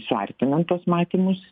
suartinant tuos matymus